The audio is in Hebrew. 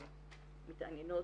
מתעניינות,